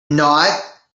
not